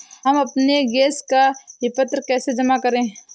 हम अपने गैस का विपत्र कैसे जमा करें?